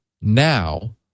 now